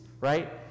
right